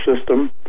system